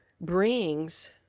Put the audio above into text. brings